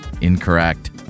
incorrect